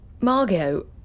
Margot